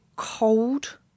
cold